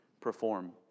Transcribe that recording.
perform